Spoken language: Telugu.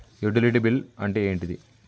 యుటిలిటీ బిల్ అంటే ఏంటిది?